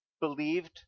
believed